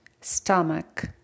stomach